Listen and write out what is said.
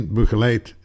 begeleid